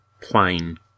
plain